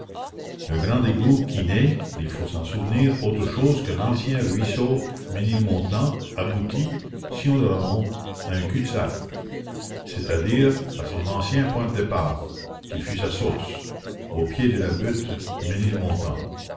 le grand égout qui n'est il faut s'en souvenir autre chose que l'ancien ruisseau ménilmontant aboutit si on le remonte à un cul-de-sac c'est-à-dire à son ancien point de départ qui fut sa source au pied de la butte ménilmontant